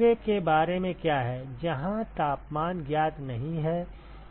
दूसरे के बारे में क्या है जहां तापमान ज्ञात नहीं है